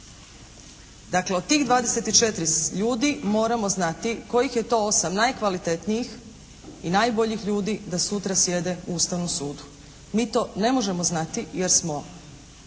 Dakle od tih 24 ljudi moramo znati kojih je to osam najkvalitetnijih i najboljih ljudi da sutra sjede u Ustavnom sudu. Mi to ne možemo znati jer smo